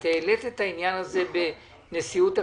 את העלית את העניין הזה בנשיאות הכנסת.